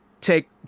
Take